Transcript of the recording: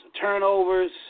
turnovers